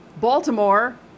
Baltimore